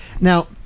Now